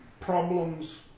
problems